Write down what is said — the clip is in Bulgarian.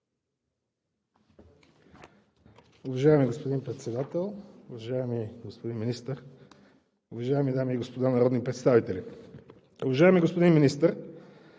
Уважаеми господин Председател, уважаеми господин Министър, уважаеми дами и господа народни представители! Уважаеми господин Министър,